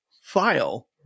file